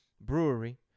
brewery